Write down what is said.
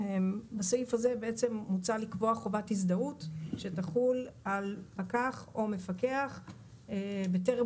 בסעיף הזה מוצע לקבוע חובת הזדהות שתחול על פקח או מפקח בטרם